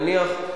נניח,